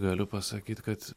galiu pasakyt kad